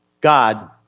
God